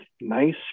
nice